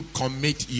commit